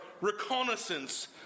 reconnaissance